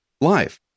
life